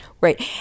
Right